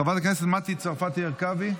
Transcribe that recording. חברת הכנסת מטי צרפתי הרכבי,